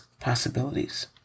possibilities